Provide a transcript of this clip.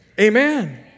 Amen